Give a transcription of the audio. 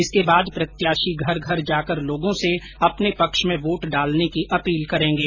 इसके बाद प्रत्याशी घर घर जाकर लोगों से अपने पक्ष में वोट डालने की अपील करेंगे